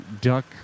Duck